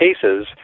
cases